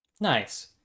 Nice